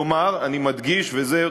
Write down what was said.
כלומר, אני מדגיש, ושוב,